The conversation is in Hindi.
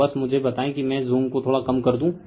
तो बस मुझे बताएं कि मैं ज़ूम को थोड़ा कम कर दूं